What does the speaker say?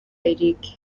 eric